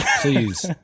please